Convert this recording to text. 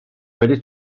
wedi